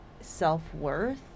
self-worth